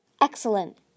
excellent